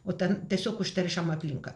o ten tiesiog užteršiama aplinka